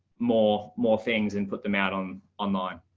more more things and put them out on online.